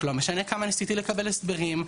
לא משנה כמה ניסיתי לקבל הסברים.